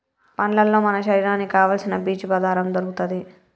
పండ్లల్లో మన శరీరానికి కావాల్సిన పీచు పదార్ధం దొరుకుతది